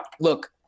look